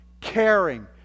caring